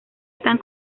están